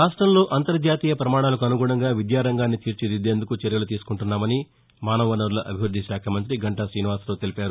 రాష్ట్రంలో అంతర్జాతీయ ప్రమాణాలకు అనుగుణంగా విద్యారంగాన్ని తీర్చిదిద్దేందుకు చర్యలు తీసుకుంటున్నామని రాష్ట మానవవనరుల అభివృద్ది శాఖ మంతి గంటా శ్రీనివాసరావు తెలిపారు